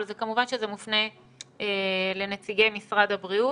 אבל כמובן שזה מופנה לנציגי משרד הבריאות.